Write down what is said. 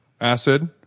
acid